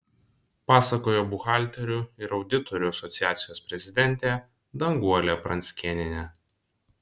pasakojo buhalterių ir auditorių asociacijos prezidentė danguolė pranckėnienė